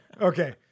Okay